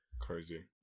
crazy